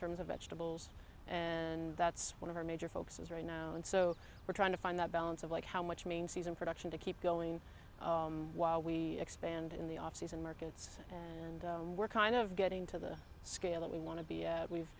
terms of vegetables and that's one of our major focuses right now and so we're trying to find that balance of like how much mean season production to keep going while we expand in the off season markets and we're kind of getting to the scale that we want to be we've